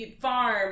farm